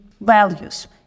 values